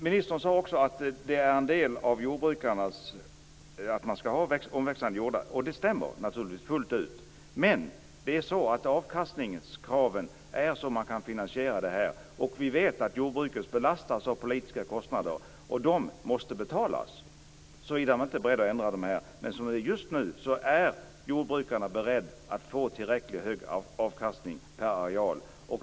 Ministern sade också att det ingår i jordbrukarnas arbete att de skall ha omväxlande jordar. Det stämmer naturligtvis helt, men det handlar om avkastningskraven och att man skall kunna finansiera det här. Vi vet att jordbruken belastas av politiska kostnader som måste betalas, såvida man inte är beredd att ändra på det här. Som det är just nu är jordbrukarna beredda att få tillräckligt hög avkastning per areal.